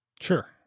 Sure